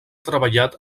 treballat